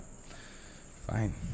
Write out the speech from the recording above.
Fine